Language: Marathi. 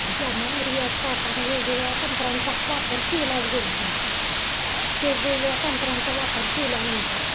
त्यामुळे रियास करताना वेगवेगळ्या तंत्रांचा हा वापर केलाच गेला पाहिजे वेगवेगळ्या तंत्रांचा वापर केल्यानंतर